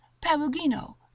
Perugino